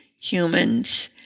humans